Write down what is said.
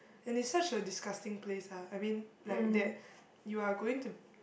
and it's such a disgusting place ah I mean like that you're going to